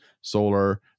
solar